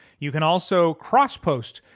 you can also crosspost.